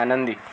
आनंदी